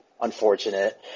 unfortunate